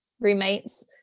roommates